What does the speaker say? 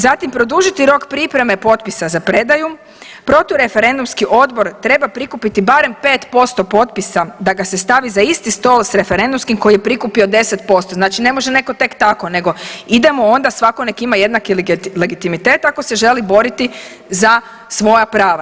Zatim produžiti rok pripreme potpisa za predaju, protu referendumski odbor treba prikupiti barem 5% potpisa da ga se stavi za isti stol s referendumskim koji je prikupio 10%. znači ne može neko tek tako nego idemo onda svako nek ima jednak legitimitet ako se želi boriti za svoja prava.